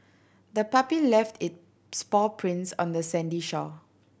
the puppy left its paw prints on the sandy shore